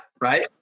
right